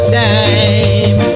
time